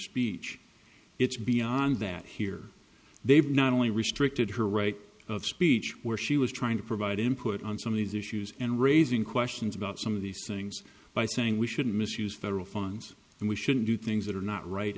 speech it's beyond that here they've not only restricted her right of speech where she was trying to provide input on some of these issues and raising questions about some of these things by saying we shouldn't misuse federal funds and we shouldn't do things that are not right